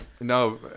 No